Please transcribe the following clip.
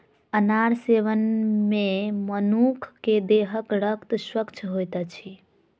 अनार सेवन मे मनुख के देहक रक्त स्वच्छ होइत अछि